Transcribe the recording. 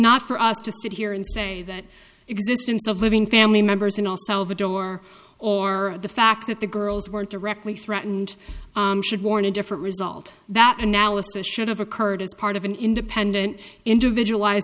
not for us to sit here and say that existence of living family members in el salvador or the fact that the girls were directly threatened should warn a different result that analysis should have occurred as part of an independent individualized